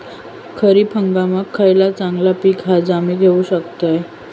खरीप हंगामाक खयला चांगला पीक हा जा मी घेऊ शकतय?